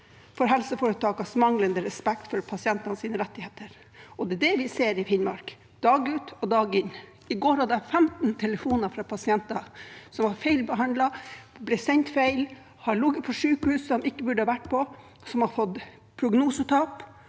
for helseforetakenes manglende respekt for pasientenes rettigheter. Det er det vi ser i Finnmark, dag ut og dag inn. I går fikk jeg 15 telefoner fra pasienter som har blitt feilbehandlet, er sendt feil, har ligget på sykehus de ikke burde ha vært på, har fått prognosetap